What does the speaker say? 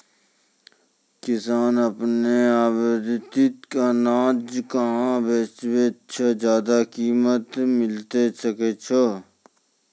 किसान आपनो उत्पादित अनाज कहाँ बेचतै जे ज्यादा कीमत मिलैल सकै छै?